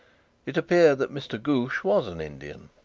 it appeared that mr. ghoosh was an indian.